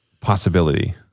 possibility